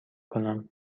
کنم